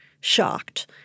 shocked